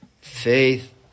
faith